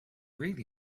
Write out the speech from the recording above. really